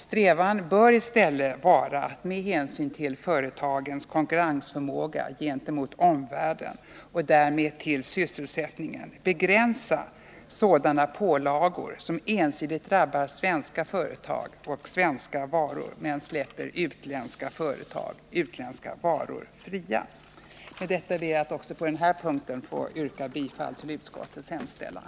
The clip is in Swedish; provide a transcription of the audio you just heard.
Strävan bör i stället, med hänsyn till företagens konkurrensförmåga gentemot omvärlden och därmed till sysselsättningen, vara att begränsa sådana pålagor som ensidigt drabbar svenska företag och varor men släpper utländska företag och varor fria. Med detta ber jag att också på dessa punkter få yrka bifall till utskottets hemställan.